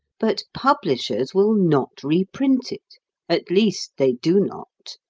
but publishers will not reprint it at least, they do not.